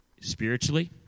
spiritually